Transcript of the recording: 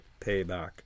payback